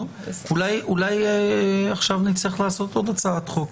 אולי עכשיו נצטרך לעשות עוד הצעת חוק,